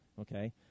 okay